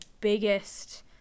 biggest